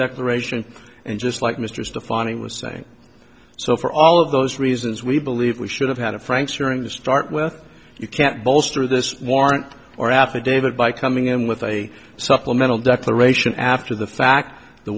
declaration and just like mr is defining was saying so for all of those reasons we believe we should have had a franks hearing to start with you can't bolster this warrant or affidavit by coming in with a supplemental declaration after the fact the